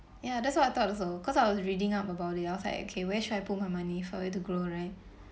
ya that's what I thought also because I was reading up about it I was like okay where should I put my money for it to grow right